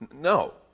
No